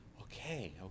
Okay